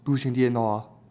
two twenty eight now ah